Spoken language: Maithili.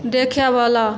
देखैवला